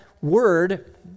word